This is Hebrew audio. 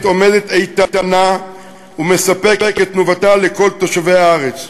עומדת איתנה ומספקת תנובתה לכל תושבי הארץ.